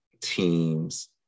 Teams